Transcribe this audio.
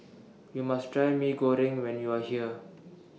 YOU must Try Mee Goreng when YOU Are here